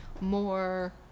more